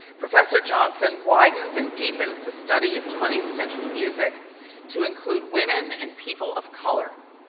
professor johnson widens and deepens the study of twentieth century music to include women and people of color.